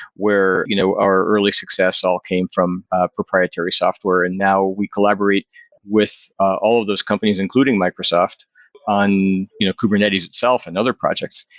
where you know our early success all came from proprietary software and now we collaborate with all those companies including microsoft on kubernetes itself and other projects.